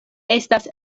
estas